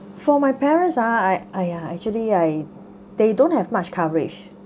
for my parents ah I !aiya! actually I they don't have much coverage